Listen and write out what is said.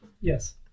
Yes